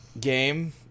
game